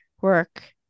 work